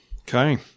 Okay